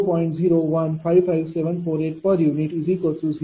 0155748 p